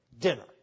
dinner